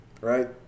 Right